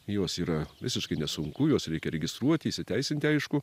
juos yra visiškai nesunku juos reikia registruoti įsiteisinti aišku